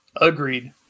Agreed